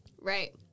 Right